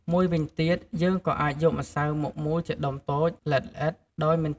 មួយវិញទៀត យើងក៏អាចយកម្សៅមកមូលជាដុំតូច ល្អិតៗ ដោយមិនចាំបាច់ដាក់ស្នូលដែរ។